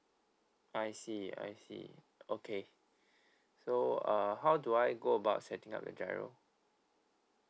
I see I see okay so err how do I go about setting up the G_I_R_O